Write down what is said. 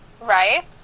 Right